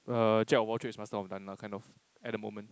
err jack of all trades master of none lah kind of at the moment